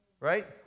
Right